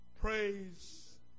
praise